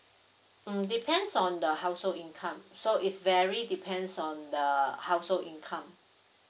mm depends on the household income so is vary depends on the household income